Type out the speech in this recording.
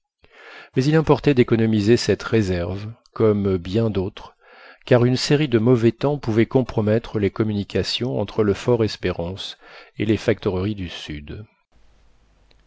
mais il importait d'économiser cette réserve comme bien d'autres car une série de mauvais temps pouvait compromettre les communications entre le fort espérance et les factoreries du sud